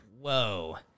whoa